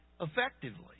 effectively